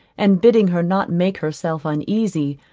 and bidding her not make herself uneasy,